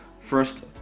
first